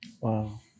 Wow